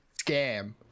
scam